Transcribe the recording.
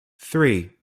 three